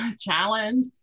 challenge